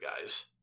guys